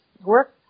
work